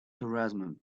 harassment